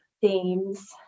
themes